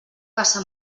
caça